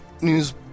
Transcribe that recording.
news